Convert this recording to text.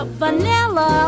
vanilla